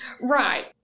Right